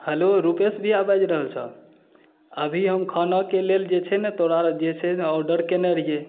hello Rupesh भैआ बाजि रहल छहक एखन हम खानाके लेल जे छै ने तोरा जे से ऑडर केने रहिए